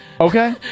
Okay